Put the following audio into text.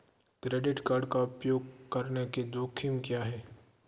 Credit card का उपयोग करने के जोखिम क्या हैं?